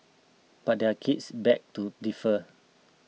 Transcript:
but their kids beg to differ